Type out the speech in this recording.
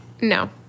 No